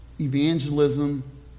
Evangelism